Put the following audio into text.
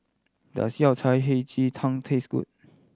does Yao Cai Hei Ji Tang taste good